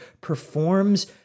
performs